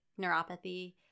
neuropathy